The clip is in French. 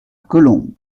colombes